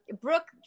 Brooke